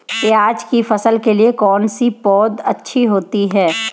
प्याज़ की फसल के लिए कौनसी पौद अच्छी होती है?